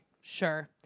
Sure